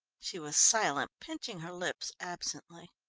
she was silent, pinching her lips absently.